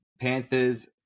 Panthers